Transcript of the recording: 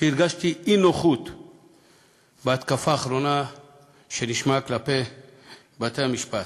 שהרגשתי אי-נוחות בהתקפה האחרונה שנשמעה כלפי בתי-המשפט.